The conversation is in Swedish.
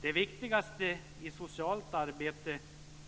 Det viktigaste i socialt arbete,